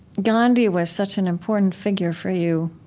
gandhi was such an important figure for you,